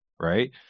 Right